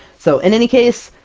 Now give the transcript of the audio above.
so in any case,